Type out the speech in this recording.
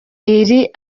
iri